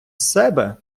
себе